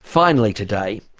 finally today,